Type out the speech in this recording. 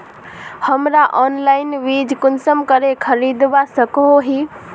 हमरा ऑनलाइन बीज कुंसम करे खरीदवा सको ही?